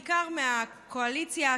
בעיקר מהקואליציה,